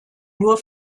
nur